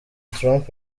trump